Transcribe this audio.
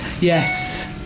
Yes